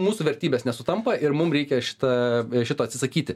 mūsų vertybės nesutampa ir mum reikia šitą šito atsisakyti